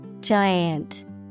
Giant